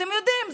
אתם יודעים,